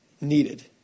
Needed